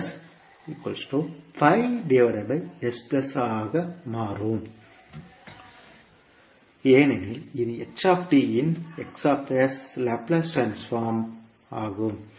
Hs ஆக மாறுகிறது ஏனெனில் இது h இன் லாப்லேஸ் ட்ரான்ஸ்போர்ம் ஆகும்